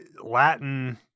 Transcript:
Latin